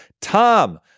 Tom